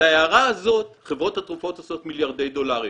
על ההערה הזאת חברות התרופות עושות מיליארדי דולרים,